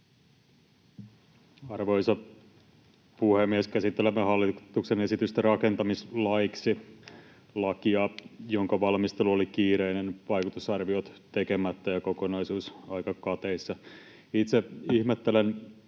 Arvoisa puhemies! Käsittelemme hallituksen esitystä rakentamislaiksi, lakia, jonka valmistelu oli kiireinen, vaikutusarviot on tekemättä ja kokonaisuus aika kateissa. Itse ihmettelen